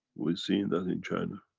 we've seen that in china.